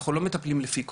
אנחנו לא מטפלים לפי כותרת,